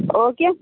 okay